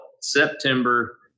September